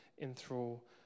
enthrall